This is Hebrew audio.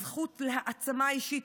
הזכות להעצמה אישית,